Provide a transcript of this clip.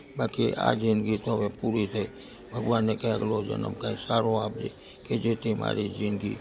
બાકી આ જિંદગી તો હવે પૂરી થઈ ભગવાનને કઈ આગલો જન્મ કાઈક સારો આપજે કે જેથી મારી જિંદગી